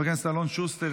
חבר הכנסת אלון שוסטר,